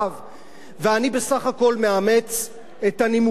אני בסך הכול מאמץ את הנימוקים שלכם,